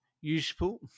useful